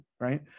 Right